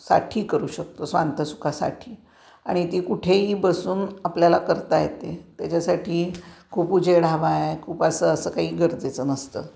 साठी करू शकतो स्वांतसुखासाठी आणि ती कुठेही बसून आपल्याला करता येते त्याच्यासाठी खूप उजेड हवा आहे खूप असं असं काही गरजेचं नसतं